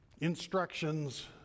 instructions